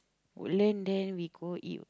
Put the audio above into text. Woodland there we go eat